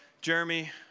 Jeremy